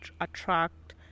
attract